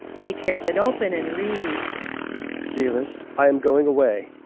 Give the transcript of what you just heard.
he tears it open and reads dearest, i am going away,